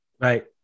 Right